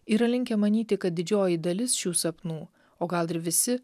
yra linkę manyti kad didžioji dalis šių sapnų o gal ir visi